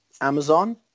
Amazon